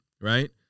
right